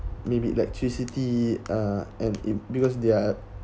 maybe electricity uh and it because they're